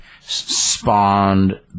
spawned